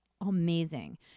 amazing